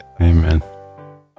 Amen